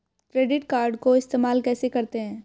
Credit card को इस्तेमाल कैसे करते हैं?